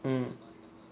mm